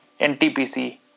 NTPC